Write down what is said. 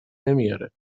نمیاره